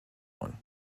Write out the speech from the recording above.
one